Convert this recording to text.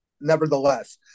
nevertheless